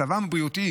מצבם הבריאותי